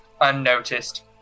unnoticed